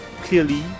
clearly